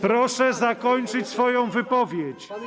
Proszę zakończyć swoją wypowiedź.